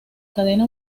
cadena